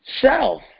self